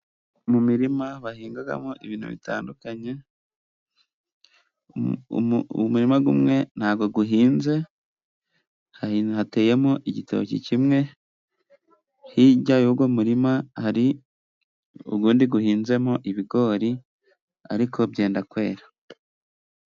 Mu mirima bahingamo ibintu bitandukanye. Umurima umwe nta bwo uhinze, hari hateyemo igitoki kimwe hirya y'uwo muririma hari uwundi uhinzemo ibigori, ariko byenda kwera.